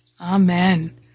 Amen